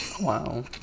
wow